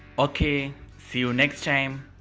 okay see you next time.